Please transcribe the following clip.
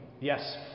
yes